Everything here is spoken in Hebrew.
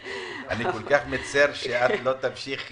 אני כל כך מצטער שאת לא תמשיכי,